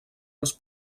els